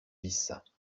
vices